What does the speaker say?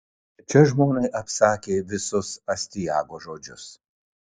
čia žmonai apsakė visus astiago žodžius